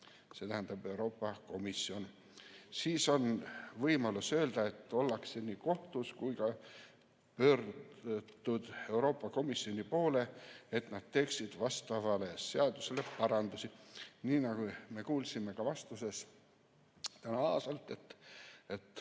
saab teha Euroopa Komisjon. Siis on võimalik öelda, et ollakse nii kohtus kui ollakse ka pöördunud Euroopa Komisjoni poole, et nad teeksid vastavas seaduses parandusi. Nii nagu me kuulsime ka vastuses täna Aasalt, et